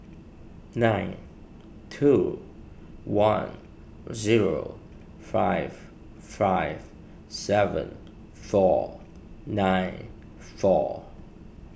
nine two one zero five five seven four nine four